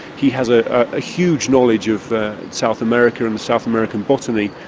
he has a ah huge knowledge of south america, and south american botany.